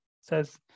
says